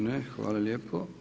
Ne, hvala lijepo.